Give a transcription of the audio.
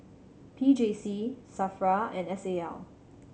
P J C SAFRA and S A L